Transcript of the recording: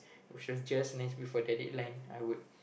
which was just next before the deadline I would